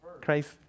Christ